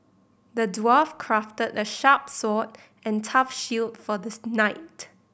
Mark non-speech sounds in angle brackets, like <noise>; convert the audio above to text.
the dwarf crafted a sharp sword and tough shield for the <unintelligible> knight